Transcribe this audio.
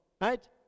right